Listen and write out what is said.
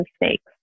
mistakes